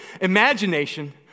Imagination